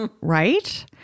right